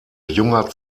junger